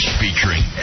featuring